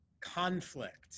conflict